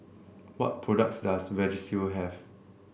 what products does Vagisil have